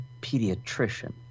pediatrician